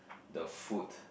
the foot